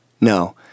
No